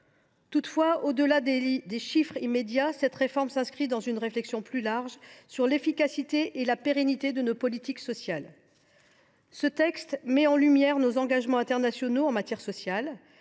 Toutefois, au delà des chiffres immédiats, cette réforme s’inscrit dans une réflexion plus large sur l’efficacité et la pérennité de nos politiques sociales. Ce texte met en lumière nos engagements internationaux en matière sociale.